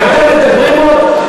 אז אתם מדברים עוד?